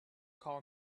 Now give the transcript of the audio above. call